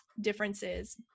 differences